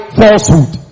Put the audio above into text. falsehood